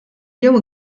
jew